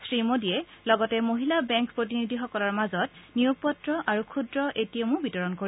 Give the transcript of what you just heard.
শ্ৰীমোদীয়ে লগতে মহিলা বেংক প্ৰতিনিধিসকলৰ মাজত নিয়োগ পত্ৰ ক্ষুদ্ৰ এ টি এমো বিতৰণ কৰিব